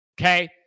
Okay